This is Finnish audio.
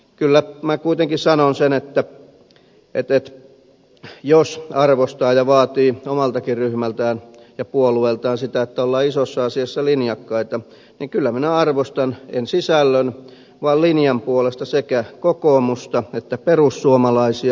kyllä minä kuitenkin sanon sen että jos arvostaa ja vaatii omaltakin ryhmältään ja puolueeltaan sitä että ollaan isoissa asioissa linjakkaita niin kyllä minä arvostan en sisällön vaan linjan puolesta sekä kokoomusta että perussuomalaisia